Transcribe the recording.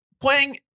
playing